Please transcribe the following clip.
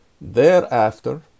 thereafter